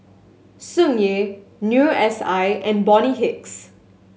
Tsung Yeh Noor S I and Bonny Hicks